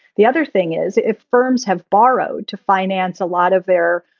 the other thing is, if firms have borrowed to finance a lot of their,